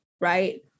right